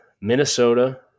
Minnesota